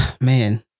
Man